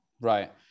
right